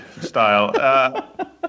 style